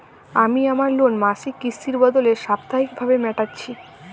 আমি আমার লোন মাসিক কিস্তির বদলে সাপ্তাহিক ভাবে মেটাচ্ছি